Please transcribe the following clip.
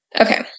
Okay